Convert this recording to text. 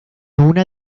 una